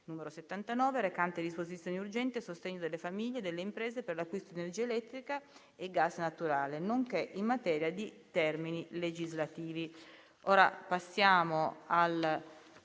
n. 79, recante disposizioni urgenti a sostegno delle famiglie e delle imprese per l'acquisto di energia elettrica e gas naturale, nonché in materia di termini legislativi» (781).